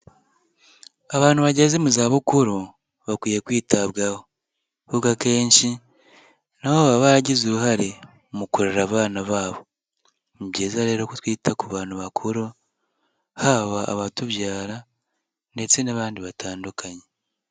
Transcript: Abantu bageze mu zabukuru bakwiye kwitabwaho kuko akenshi nabo baba baragize uruhare mu kurera abana babo, ni byiza rero ko twita ku bantu bakuru haba abatubyara ndetse n'abandi batandukanye.